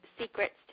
Secrets